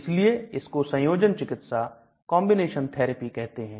इसलिए इसको संयोजन चिकित्सा कहते हैं